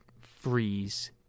freeze